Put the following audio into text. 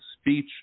speech